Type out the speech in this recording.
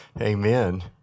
Amen